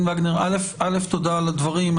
תודה על הדברים.